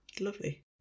Lovely